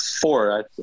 Four